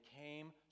came